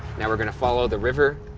now we're gonna follow the river.